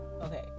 Okay